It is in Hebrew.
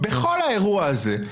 בכל האירוע הזה,